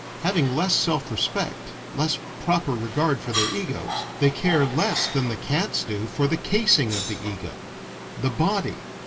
having less self-respect, less proper regard for their egos, they care less than the cats do for the casing of the ego the body.